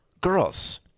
girls